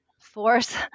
force